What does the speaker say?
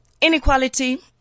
Inequality